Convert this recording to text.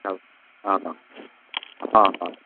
okay आ हा आ हा